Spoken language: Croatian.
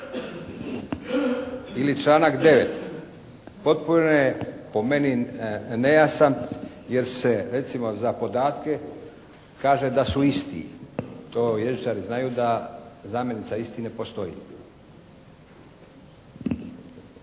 Ili članak 9. Potpuno je po meni nejasan jer se recimo za podatke kaže da su isti, to jezičari znaju da zamjenica: "isti" ne postoji.